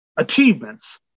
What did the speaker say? achievements